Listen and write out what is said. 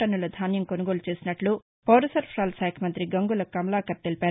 టన్నుల ధాన్యం కొనుగోలు చేసినట్టు పౌర సరఫరాల శాఖ మంత్రి గంగుల కమలాకర్ తెలిపారు